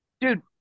Dude